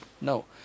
No